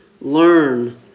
Learn